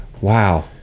wow